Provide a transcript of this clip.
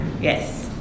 Yes